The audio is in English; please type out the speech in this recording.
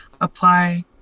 apply